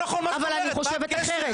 אבל זה לא נכון מה שאת אומרת, את קובעת עובדה.